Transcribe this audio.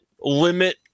limit